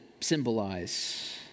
symbolize